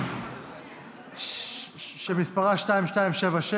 שמספרה 2276,